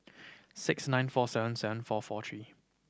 six nine four seven seven four four three